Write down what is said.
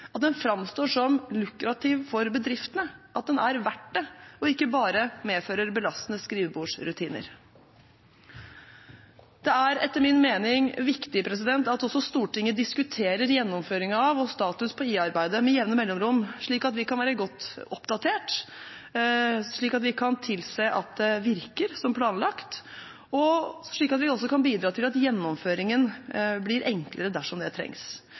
at den framstår som lukrativ for bedriftene – at den er verdt det – og ikke bare medfører belastende skrivebordsrutiner. Det er etter min mening viktig at også Stortinget diskuterer gjennomføringen av og status for IA-arbeidet med jevne mellomrom, slik at vi kan være godt oppdatert, slik at vi kan tilse at det virker som planlagt, og slik at vi også kan bidra til at gjennomføringen blir enklere dersom det trengs.